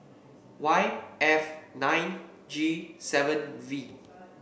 Y F nine G seven V